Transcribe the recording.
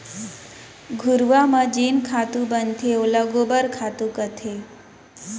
घुरूवा म जेन खातू बनथे तेला गोबर खातू कथें